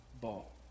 ball